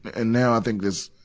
and now, i think it's,